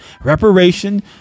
reparation